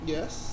Yes